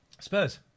Spurs